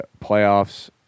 playoffs